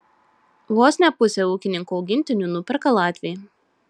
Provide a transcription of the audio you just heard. vos ne pusę ūkininko augintinių nuperka latviai